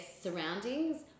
surroundings